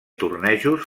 tornejos